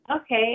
Okay